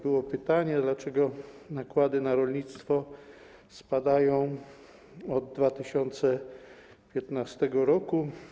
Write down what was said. Było pytanie: Dlaczego nakłady na rolnictwo spadają od 2015 r.